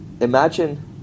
imagine